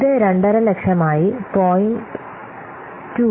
ഇത് 2 50000 ആയി 0